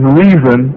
reason